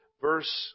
Verse